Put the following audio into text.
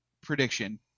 prediction